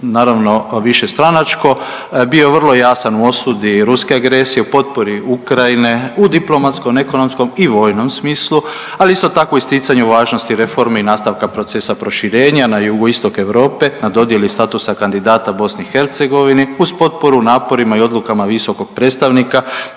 naravno višestranačko bio vrlo jasan u osudi ruske agresije, u potpori Ukrajine u diplomatskom, ekonomskom i vojnom smislu, ali isto tako isticanje važnosti reformi i nastavka procesa proširenja na jugoistok Europe na dodjeli statusa kandidata BiH uz potporu naporima i odlukama visokog predstavnika